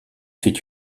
fait